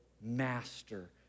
master